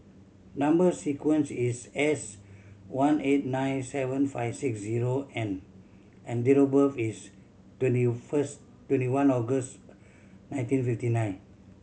number sequence is S one eight nine seven five six zero N and date of birth is twenty first twenty one August nineteen fifty nine